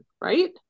right